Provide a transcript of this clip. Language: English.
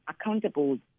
accountable